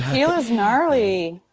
yeah. gnarly.